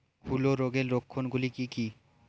হূলো রোগের লক্ষণ গুলো কি কি?